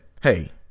Hey